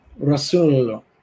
Rasulullah